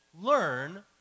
learn